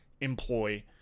employ